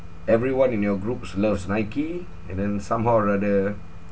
everyone in your groups loves nike and then somehow rather